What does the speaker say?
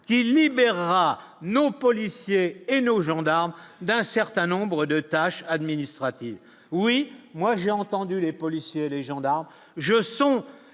qui libérera nos policiers et nos gendarmes d'un certain nombre de tâches administratives, oui, moi j'ai entendu les policiers, les gendarmes